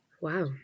Wow